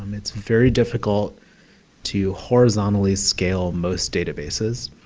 um it's very difficult to horizontally scale most databases.